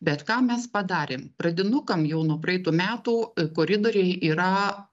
bet ką mes padarėm pradinukam jau nuo praeitų metų koridoriai yra